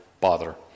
bother